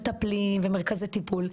מטפלים ומרכזי טיפול,